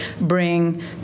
bring